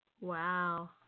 Wow